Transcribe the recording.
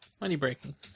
Money-breaking